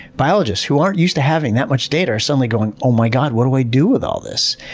biologists who aren't used to having that much data are suddenly going, oh my god, what do i do with all this?